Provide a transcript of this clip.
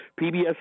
PBS